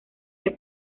que